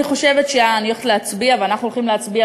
אני חושבת שאני הולכת להצביע ואנחנו הולכים להצביע,